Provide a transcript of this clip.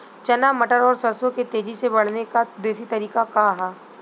चना मटर और सरसों के तेजी से बढ़ने क देशी तरीका का ह?